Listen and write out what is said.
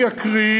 אני אקריא,